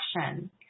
action